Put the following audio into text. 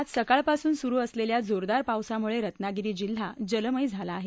आज सकाळपासून सुरू असलेल्या जोरदार पावसामुळे रत्नागिरी जिल्हा जलमय झाला आहे